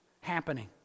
happening